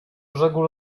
brzegu